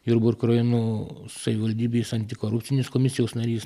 jurbarko rajono savivaldybės antikorupcinės komisijos narys